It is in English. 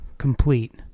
complete